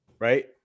Right